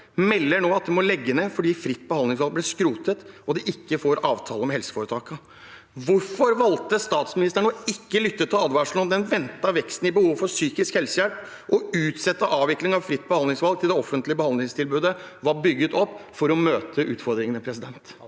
melder nå at de må legge ned fordi fritt behandlingsvalg ble skrotet og de ikke får avtaler med helseforetakene. Hvorfor valgte statsministeren ikke å lytte til advarslene om den ventede veksten i behovet for psykisk helsehjelp og utsette avviklingen av fritt behandlingsvalg til det offentlige behandlingstilbudet var bygget opp for å møte utfordringene?